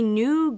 new